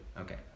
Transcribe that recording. Okay